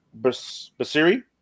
Basiri